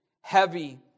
heavy